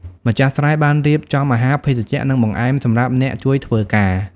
ម្ចាស់ស្រែបានរៀបចំអាហារ ភេសជ្ជៈ និងបង្អែមសម្រាប់អ្នកជួយធ្វើការ។